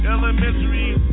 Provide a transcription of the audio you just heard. Elementary